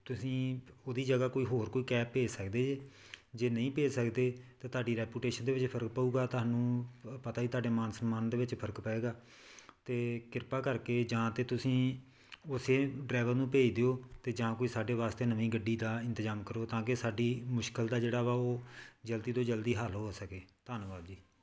ਤੁਸੀਂ ਉਹਦੀ ਜਗ੍ਹਾ ਕੋਈ ਹੋਰ ਕੋਈ ਕੈਬ ਭੇਜ ਸਕਦੇ ਜੇ ਜੇ ਨਹੀਂ ਭੇਜ ਸਕਦੇ ਤਾਂ ਤੁਹਾਡੀ ਰੈਪੂਟੇਸ਼ਨ ਦੇ ਵਿੱਚ ਫਰਕ ਪਊਗਾ ਤੁਹਾਨੂੰ ਪਤਾ ਹੀ ਤੁਹਾਡੇ ਮਾਨ ਸਨਮਾਨ ਦੇ ਵਿੱਚ ਫਰਕ ਪਵੇਗਾ ਅਤੇ ਕਿਰਪਾ ਕਰਕੇ ਜਾਂ ਤਾਂ ਤੁਸੀਂ ਉਸੇ ਡਰਾਈਵਰ ਨੂੰ ਭੇਜ ਦਿਓ ਅਤੇ ਜਾਂ ਕੋਈ ਸਾਡੇ ਵਾਸਤੇ ਨਵੀਂ ਗੱਡੀ ਦਾ ਇੰਤਜ਼ਾਮ ਕਰੋ ਤਾਂ ਕਿ ਸਾਡੀ ਮੁਸ਼ਕਿਲ ਦਾ ਜਿਹੜਾ ਵਾ ਉਹ ਜਲਦੀ ਤੋਂ ਜਲਦੀ ਹੱਲ ਹੋ ਸਕੇ ਧੰਨਵਾਦ ਜੀ